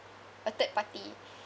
a third party